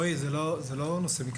רועי, זהו לא נושא מקצועי.